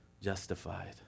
justified